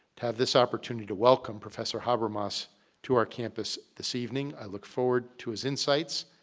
have this opportunity to welcome professor habermas to our campus this evening. i look forward to his insights,